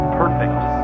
perfect